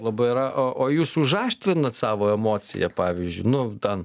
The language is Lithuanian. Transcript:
labai yra o o jūs užaštrinat savo emociją pavyzdžiui nu ten